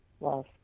Love